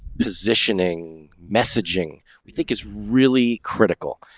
positioning messaging, we think, is really critical.